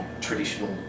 traditional